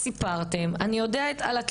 אני יודע מה סיפרתם,